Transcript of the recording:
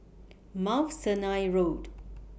Mount Sinai Road